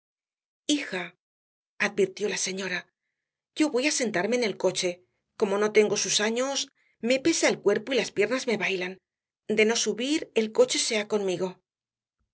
deleitosos hija advirtió la señora yo voy á sentarme en el coche como no tengo sus años me pesa el cuerpo y las piernas me bailan de no subir el coche sea conmigo